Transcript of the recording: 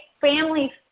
family